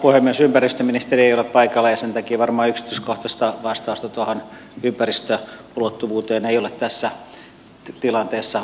ympäristöministeri ei ole paikalla ja sen takia varmaan yksityiskohtaista vastausta tuohon ympäristöulottuvuuteen ei ole tässä tilanteessa annettavissa